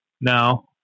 now